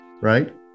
right